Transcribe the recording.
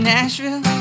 Nashville